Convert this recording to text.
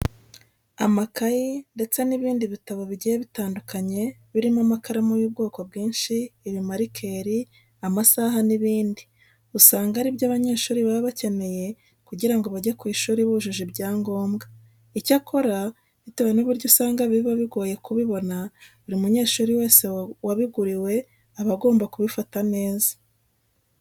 Amakayi ndetse n'ibindi bitabo bigiye bitandukanye birimo amakaramu y'ubwoko bwinshi, ibimarikeri, amasaha n'ibindi usanga ari byo abanyeshuri baba bakeneye kugira ngo bajye ku ishuri bujuje ibyangombwa. Icyakora bitewe n'uburyo usanga biba bigoye kubibona, buri munyeshuri wese wabiguriwe aba agomba kubifata neza.